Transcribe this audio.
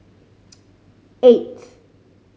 eight